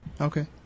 Okay